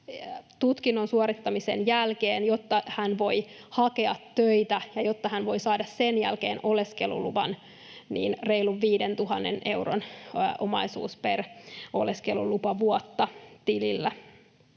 tutkinnon suorittamisen jälkeen, jotta hän voi hakea töitä ja jotta hän voi saada sen jälkeen oleskeluluvan, reilun 5 000 euron omaisuus tilillä per oleskelulupavuosi. Eli